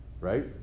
right